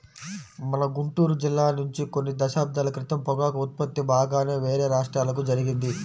మన గుంటూరు జిల్లా నుంచి కొన్ని దశాబ్దాల క్రితం పొగాకు ఉత్పత్తి బాగానే వేరే రాష్ట్రాలకు జరిగింది